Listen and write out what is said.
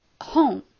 home